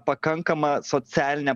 pakankama socialinė